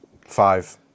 Five